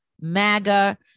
MAGA